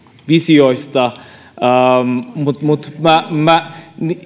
visioista minä